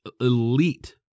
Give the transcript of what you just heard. elite